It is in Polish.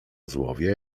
złowię